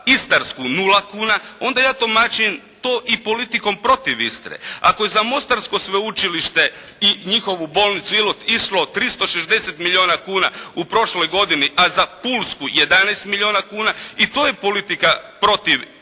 Istarsku nula kuna, onda ja tumačim to i politikom protiv Istre. Ako je za mostarsko sveučilište i njihovu bolnicu išlo 360 milijuna kuna u prošloj godini, a za pulsku 11 milijuna kuna i to je politika protiv na